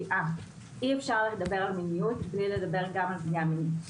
אי אפשר לדבר על מיניות בלי לדבר על פגיעה מינית.